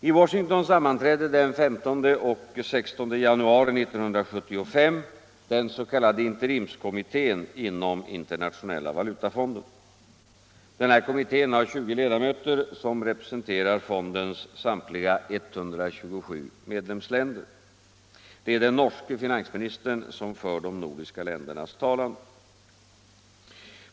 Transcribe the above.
I Washington sammanträdde den 15 och 16 januari 1975 den s.k. interimskommittén inom Internationella valutafonden. Denna kommitté har 20 ledamöter som representerar fondens samtliga 127 medlemsländer. Det är den norske finansministern som för de nordiska ländernas talan.